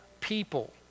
people